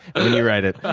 when you write it. ah